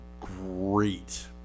great